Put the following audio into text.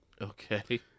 okay